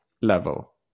level